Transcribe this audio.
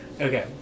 Okay